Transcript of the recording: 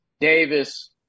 Davis